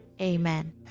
Amen